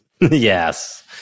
Yes